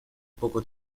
poco